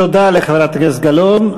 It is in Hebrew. תודה לחברת הכנסת גלאון.